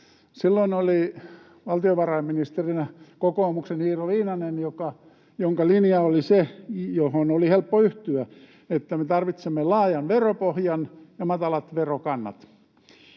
Silloin oli valtiovarainministerinä kokoomuksen Iiro Viinanen, jonka linja oli se — johon oli helppo yhtyä — että me tarvitsemme laajan veropohjan ja matalat verokannat.